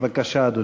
התשע"ד 2013,